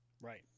right